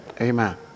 Amen